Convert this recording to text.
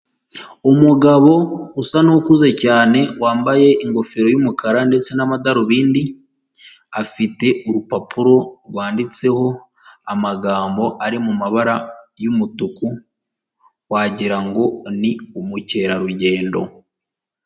Umugabo usa n'ukuze cyane, wambaye ingofero y'umukara ndetse n'amadarubindi, afite urupapuro rwanditseho amagambo ari mu mabara y'umutuku, wagira ni umukerarugendo.